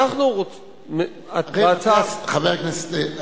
חבר הכנסת,